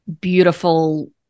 beautiful